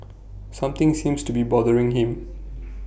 something seems to be bothering him